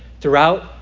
throughout